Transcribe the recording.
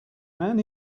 man